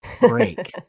break